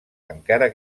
encara